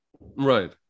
right